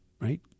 right